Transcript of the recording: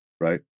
right